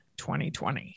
2020